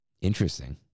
Interesting